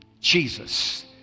Jesus